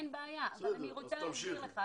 אין בעיה, אבל אני רוצה להסביר לך.